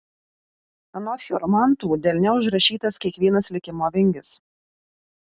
anot chiromantų delne užrašytas kiekvienas likimo vingis